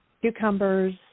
cucumbers